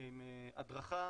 עם הדרכה,